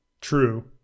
True